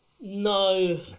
No